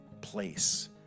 place